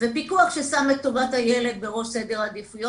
ופיקוח ששם את טובת הילד בראש סדר העדיפויות